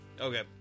Okay